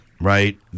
right